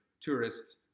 tourists